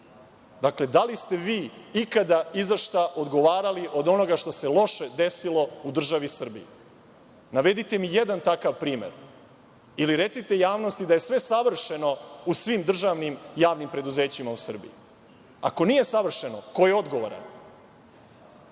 Dakle, da li ste vi ikada za nešto odgovarali od onoga što se loše desilo u državi Srbiji? Navedite mi jedan takav primer, ili recite javnosti da je sve savršeno u svim državnim javnim preduzećima u Srbiji. Ako nije savršeno, ko je odgovoran? Ono